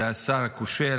זה השר הכושל,